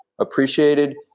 appreciated